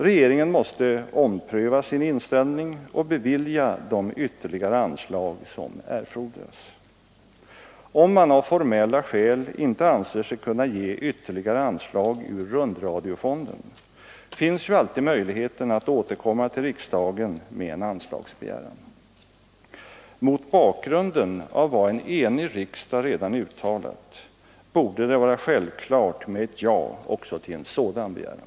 Regeringen måste ompröva sin inställning och bevilja de ytterligare anslag som erfordras. Om man av formella skäl inte anser sig kunna ge ytterligare anslag ur rundradiofonden finns ju alltid möjligheten att återkomma till riksdagen med en anslagsbegäran. Mot bakgrunden av vad en enig riksdag redan uttalat borde det vara självklart med ett ja också till en sådan begäran.